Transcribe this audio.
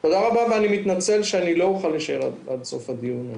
תודה רבה ואני מתנצל שאני לא אוכל להישאר עד סוף הדיון.